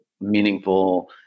meaningful